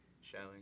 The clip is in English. showing